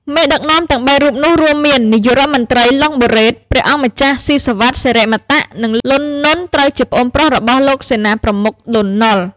មេដឹកនាំទាំង ៣ រូបនោះរួមមាន នាយករដ្ឋមន្ត្រី ឡុង បូរ៉េត ព្រះអង្គម្ចាស់ ស៊ីសុវត្ថិ សិរិមតៈ និង លន់ ណុន ត្រូវជាប្អូនប្រុសរបស់លោកសេនាប្រមុខ លន់ នល់។